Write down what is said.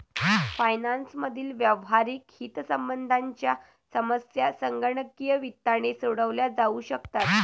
finance मधील व्यावहारिक हितसंबंधांच्या समस्या संगणकीय वित्ताने सोडवल्या जाऊ शकतात